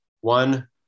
one